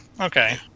okay